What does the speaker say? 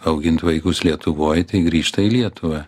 augint vaikus lietuvoj tai grįžta į lietuvą